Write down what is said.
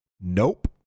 Nope